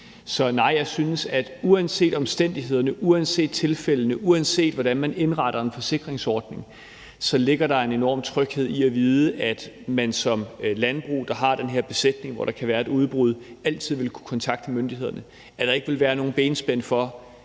Så nej, jeg synes, at uanset omstændighederne, uanset tilfældet, og uanset hvordan man indretter en forsikringsordning, er der en enorm tryghed i at vide, at man som landbrug, der har den her besætning, hvor der kan være et udbrud, altid vil kunne kontakte myndighederne, og at der ikke vil være nogle benspænd.